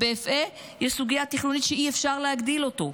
באפעה יש סוגיה תכנונית שאי-אפשר להגדיל אותו.